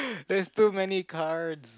there's too many cards